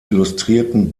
illustrierten